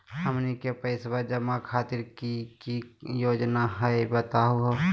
हमनी के पैसवा जमा खातीर की की योजना हई बतहु हो?